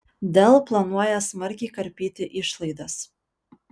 dell planuoja smarkiai karpyti išlaidas